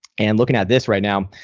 and looking at this right now.